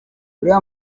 uriya